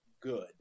good